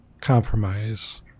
compromise